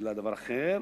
אלא דבר אחר.